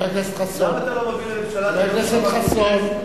חבר הכנסת חסון.